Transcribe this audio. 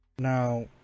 Now